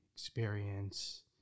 Experience